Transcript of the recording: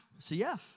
CF